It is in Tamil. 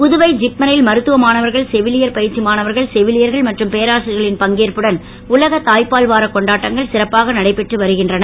புதுவை ஜிப்மரில் மருத்துவ மாணவர்கள் செவிலியர் பயிற்சி மாணவர்கள் செவிலியர்கள் மற்றும் பேராசிரியர்களின் பங்கேற்புடன் உலகத் தாய்ப்பால் வார கொண்டாட்டங்கள் சிறப்பாக நடைபெற்று வருகின்றன